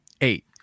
eight